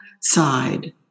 side